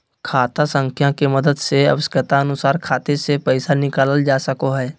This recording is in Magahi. खाता संख्या के मदद से आवश्यकता अनुसार खाते से पैसा निकालल जा सको हय